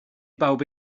bawb